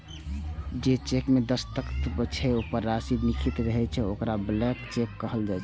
जे चेक मे दस्तखत रहै छै, पर राशि नै लिखल रहै छै, ओकरा ब्लैंक चेक कहल जाइ छै